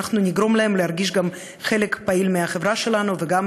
שאנחנו גם נגרום להם להרגיש חלק פעיל מהחברה שלנו וגם